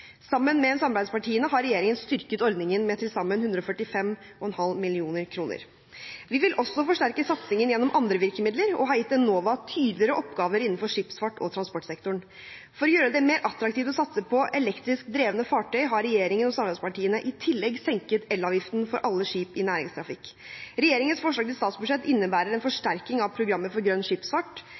Sammen med samarbeidspartiene har regjeringen styrket ordningen med til sammen 145,5 mill. kr. Vi vil også forsterke satsingen gjennom andre virkemidler og har gitt Enova tydeligere oppgaver innenfor skipsfart og transportsektoren. For å gjøre det mer attraktivt å satse på elektrisk drevne fartøy har regjeringen og samarbeidspartiene i tillegg senket elavgiften for alle skip i næringstrafikk. Regjeringens forslag til statsbudsjett innebærer en forsterking av programmet for grønn skipsfart